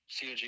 COG